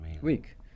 week